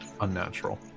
unnatural